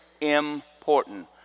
important